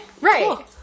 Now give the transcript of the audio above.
right